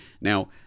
Now